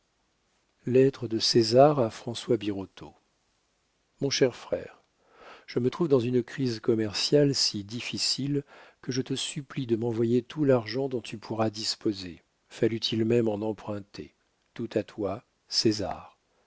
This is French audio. lettre de césar a françois birotteau mon cher frère je me trouve dans une crise commerciale si difficile que je te supplie de m'envoyer tout l'argent dont tu pourras disposer fallût-il même en emprunter tout à toi césar